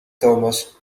thomas